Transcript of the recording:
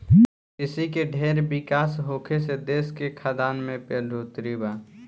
कृषि के ढेर विकास होखे से देश के खाद्यान में बढ़ोतरी बा